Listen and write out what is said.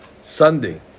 Sunday